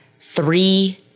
three